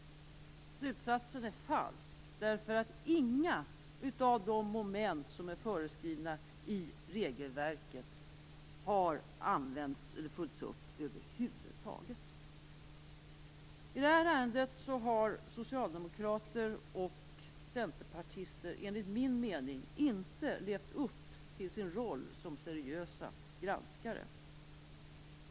Slutsatsen är falsk, därför att inga av de moment som är föreskrivna i regelverket har använts eller följts upp över huvud taget. I det här ärendet har socialdemokrater och centerpartister enligt min mening inte levt upp till sin roll som seriösa granskare.